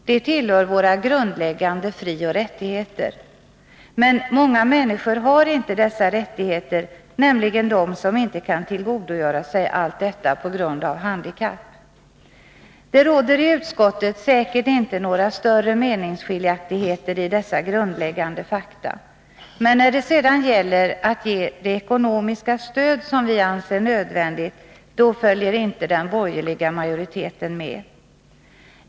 Det tillhör våra grundläggande frioch rättigheter. Men många människor har inte dessa rättigheter, nämligen de som inte kan tillgodogöra sig allt detta på grund av handikapp. Det råder i utskottet säkert inte några större meningsskiljaktigheter om dessa grundläggande fakta. Men när det sedan gäller att ge det ekonomiska stöd som vi anser nödvändigt, då följer inte den borgerliga majoriteten med.